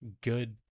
good